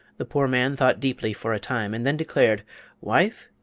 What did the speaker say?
the poor man thought deeply for a time, and then declared wife,